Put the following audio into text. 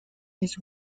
his